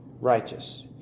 righteous